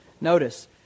Notice